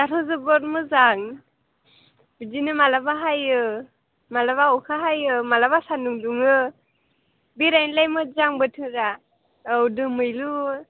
दाथ' जोबोद मोजां बिदिनो मालाबा हायो मालाबा अखा हायो मालाबा सानदुं दुङो बेरायनोलाय मोजां बोथोरा औ दोमैलु